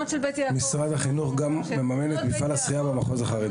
משרד החינוך גם מממן את מפעל השחייה במחוז החרדי.